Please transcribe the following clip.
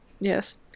Yes